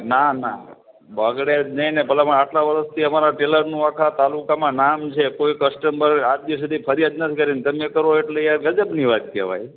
ના ના બગડે જ નહીં ને ભલા માણસ આટલા વરસથી અમારા ટેલરનું આખા તાલુકામાં નામ છે કોઈ કસ્ટમ્બર આજ દિ સુધી કોઈ ફરિયાદ નથી કરી અને તમે કરો એટલે યાર ગજબની વાત કહેવાય